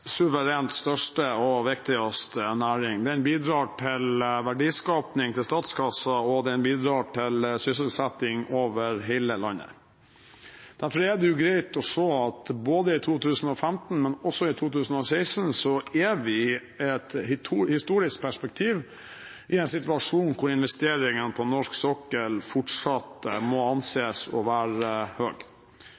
suverent største og viktigste næring. Den bidrar til verdiskaping til statskassen, og den bidrar til sysselsetting over hele landet. Derfor er det greit å se at i 2015, men også i 2016 er vi i et historisk perspektiv i en situasjon hvor investeringene på norsk sokkel fortsatt må anses å være